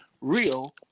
real